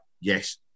yes